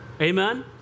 amen